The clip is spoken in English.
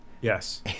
Yes